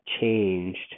changed